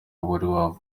wari